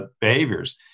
behaviors